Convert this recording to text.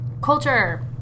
Culture